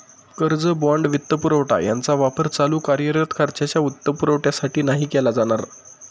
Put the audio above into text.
कर्ज, बाँड, वित्तपुरवठा यांचा वापर चालू कार्यरत खर्चाच्या वित्तपुरवठ्यासाठी नाही केला जाणार